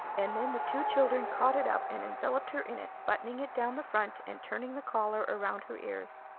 and then the two children caught it up, and enveloped her in it, buttoning it down the front and turning the collar around her ears.